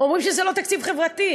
אומרים שזה לא תקציב חברתי?